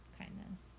kindness